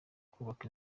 kubaka